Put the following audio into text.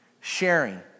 sharing